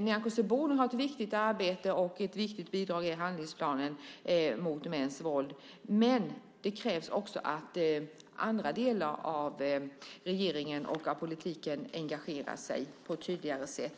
Nyamko Sabuni har ett viktigt arbete och ett viktigt bidrag är handlingsplanen mot mäns våld, men det krävs också att andra delar av regeringen och av politiken engagerar sig på ett tydligare sätt.